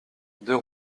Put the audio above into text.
deux